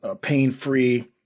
pain-free